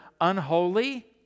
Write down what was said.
Unholy